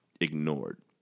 ignored